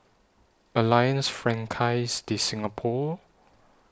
Alliance Francaise De Singapour